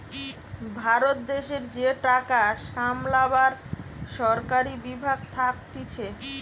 ভারত দেশের যে টাকা সামলাবার সরকারি বিভাগ থাকতিছে